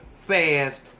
fast